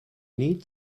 need